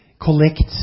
collect